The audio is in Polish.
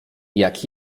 jak